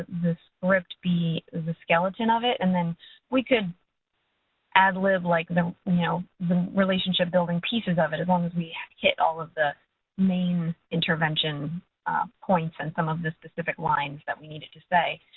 the script be the skeleton of it. and then we could ad lib, like the, you know the relationship-building pieces of it as long as we hit all of the main intervention points and some of the specific lines that we needed to say.